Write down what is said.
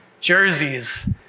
jerseys